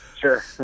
Sure